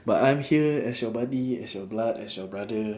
but I'm here as your buddy as your blood as your brother